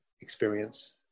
experience